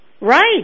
right